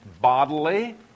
bodily